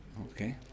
Okay